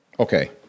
Okay